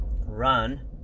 run